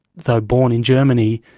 though born in germany,